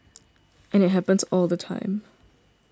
and it happens all the time